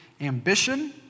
ambition